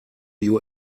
you